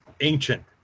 ancient